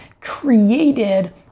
created